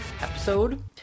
episode